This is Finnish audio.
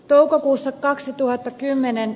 arvoisa puhemies